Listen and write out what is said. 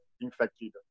infected